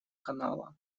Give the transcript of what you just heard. канала